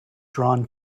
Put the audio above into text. drawn